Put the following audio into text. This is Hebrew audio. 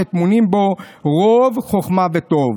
שטמונים בו רוב חוכמה וטוב.